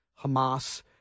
Hamas